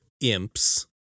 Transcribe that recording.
imps